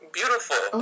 Beautiful